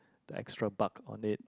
the extra buck on it